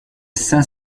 saint